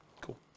Cool